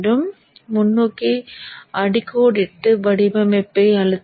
எனவே முன்னோக்கி அடிக்கோடிட்டு வடிவமைப்பை அழுத்தவும்